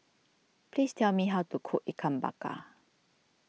please tell me how to cook Ikan Bakar